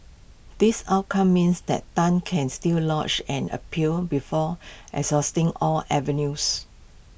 this outcome means that Tan can still lodge an appeal before exhausting all avenues